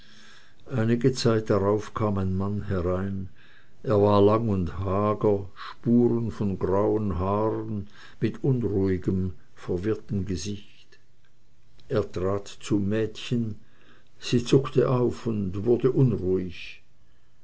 einige zeit darauf kam ein mann herein er war lang und hager spuren von grauen haaren mit unruhigem verwirrtem gesicht er trat zum mädchen sie zuckte auf und wurde unruhig